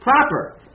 proper